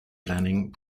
planning